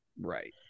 right